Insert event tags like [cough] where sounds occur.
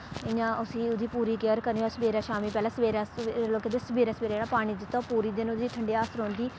इ'यां उस्सी ओह्दी पूरी केयर करनी होऐ सवेरै शामीं पैह्लें सवेरै लोग केह् करदे सवेरे जेह्ड़ा पानी दित्ता पूरे दिन ओह्दी ठंडी [unintelligible] रौंह्दी